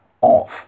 off